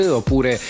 oppure